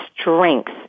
strength